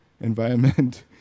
environment